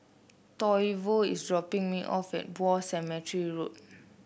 Toivo is dropping me off at War Cemetery Road